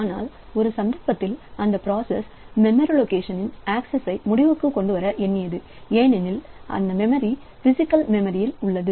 ஆனால் ஒரு சந்தர்ப்பத்தில்அந்த பிராசஸ் மெமரி லொகேஷன் ஆக்சஸ் முடிவுக்குக் கொண்டுவர எண்ணியது ஏனெனில் அது பிசிகல் மெமரிஇல் உள்ளது